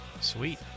Sweet